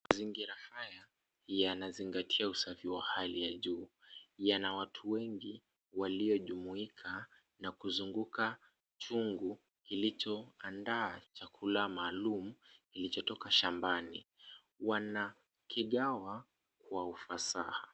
Mazingira haya yanazingatia usafi wa hali ya juu. Yana watu wengi waliojumuika na kuzunguka chungu kilichoandaa chakula maalum kilichotoka shambani. Wanakigawa kwa ufasaha.